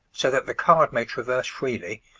so that the card may traverse freely,